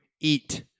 eat